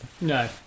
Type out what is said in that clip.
No